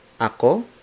ako